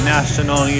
National